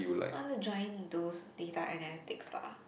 want to join those data analytics lah